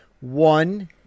One